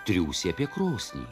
triūsė apie krosnį